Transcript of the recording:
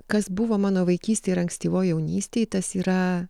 kas buvo mano vaikystėj ir ankstyvoj jaunystėj tas yra